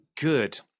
good